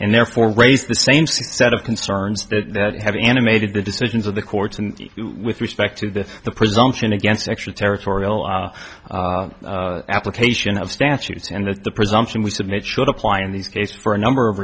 and therefore raise the same set of concerns that have animated the decisions of the courts and with respect to the the presumption against extraterritorial application of statutes and that the presumption we submit should apply in these cases for a number of